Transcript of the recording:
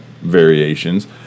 variations